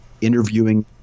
interviewing